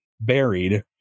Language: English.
buried